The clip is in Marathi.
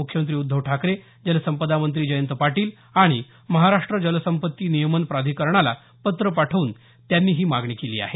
मुख्यमंत्री उद्धव ठाकरे जलसंपदा मंत्री जयंत पाटील आणि महाराष्ट्र जलसंपत्ती नियमन प्राधिकरणाला पत्र पाठवून त्यांनी ही मागणी केली आहे